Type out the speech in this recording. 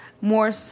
more